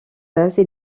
base